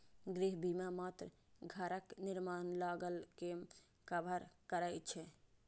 गृह बीमा मात्र घरक निर्माण लागत कें कवर करै छै